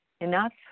Enough